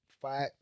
fight